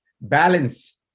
balance